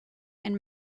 and